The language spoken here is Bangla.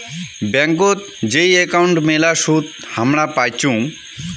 ব্যাংকোত যেই একাউন্ট মেলা সুদ হামরা পাইচুঙ